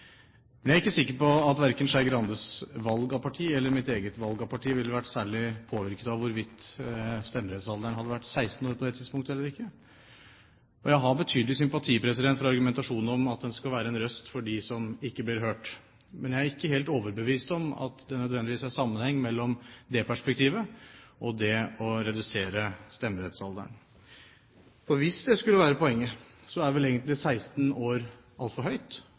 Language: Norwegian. Men jeg er ikke sikker på om verken Skei Grandes valg av parti eller mitt eget valg av parti ville vært særlig påvirket av om stemmerettsalderen hadde vært 16 år på det tidspunktet. Jeg har betydelig sympati for argumentasjonen om at en skal være en røst for dem som ikke blir hørt, men jeg er ikke helt overbevist om at det nødvendigvis er noen sammenheng mellom det perspektivet og det å redusere stemmerettsalderen. For hvis det skulle være poenget, er vel 16 år egentlig for høyt.